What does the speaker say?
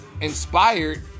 inspired